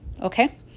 Okay